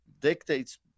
dictates